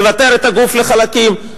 לבתר את הגוף לחלקים?